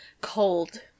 cold